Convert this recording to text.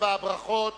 בברכות